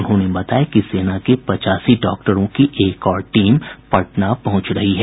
उन्होंने बताया कि सेना के पचासी डॉक्टरों की एक और टीम पटना पहुंच रही है